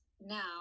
now